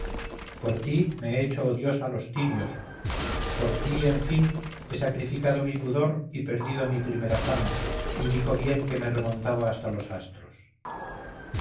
por ti me he hecho odiosa a los tirios por ti en fin he sacrificado mi pudor y perdido mi primera fama único bien que me remontaba hasta los astros